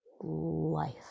life